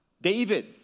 David